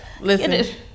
listen